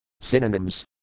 Synonyms